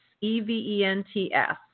E-V-E-N-T-S